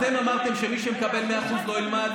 אתם אמרתם שמי שמקבל 100% לא ילמד,